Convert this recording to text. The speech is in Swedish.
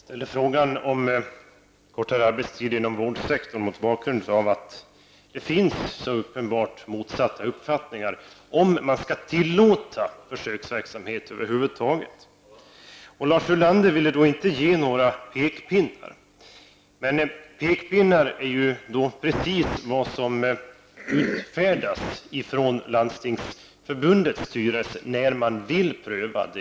Fru talman! Jag ställde frågan om kortare arbetstid inom vårdsektorn mot bakgrund av att det finns så uppenbart motsatta uppfattningar när det gäller om man skall tillåta försöksverksamhet över huvud taget. Lars Ulander ville inte ge några pekpinnar, men pekpinnar är precis vad som utfärdas av Landstingsförbundets styrelse när man vill pröva.